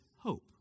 hope